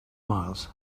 miles